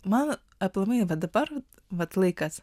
man aplamai va dabar vat laikas